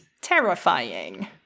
terrifying